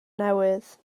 newydd